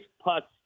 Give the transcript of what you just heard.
putts